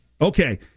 Okay